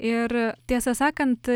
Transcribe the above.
ir tiesą sakant